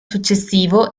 successivo